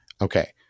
Okay